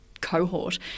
cohort